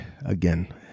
again